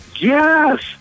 Yes